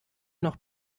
noch